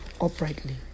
uprightly